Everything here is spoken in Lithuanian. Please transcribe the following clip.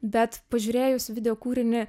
bet pažiūrėjus video kūrinį